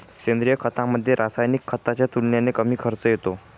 सेंद्रिय खतामध्ये, रासायनिक खताच्या तुलनेने कमी खर्च येतो